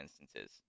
instances